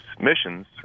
missions